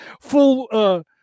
full